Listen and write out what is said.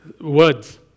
Words